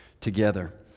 together